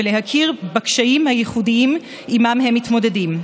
ולהכיר בקשיים הייחודיים שעימם הם מתמודדים.